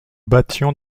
battions